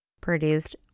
produced